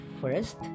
First